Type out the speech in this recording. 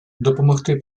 допомогти